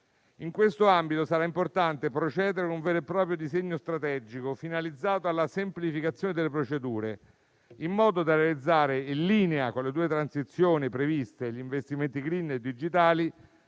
In questo ambito sarà importante procedere con un vero e proprio disegno strategico, finalizzato alla semplificazione delle procedure, in modo da realizzare, in linea con le due transizioni previste, gli investimenti *green* e digitali.